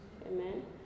amen